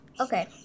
okay